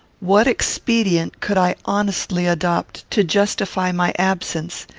what expedient could i honestly adopt to justify my absence,